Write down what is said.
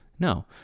No